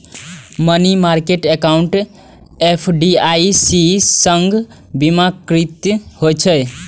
money market account FDIC सं बीमाकृत होइ छै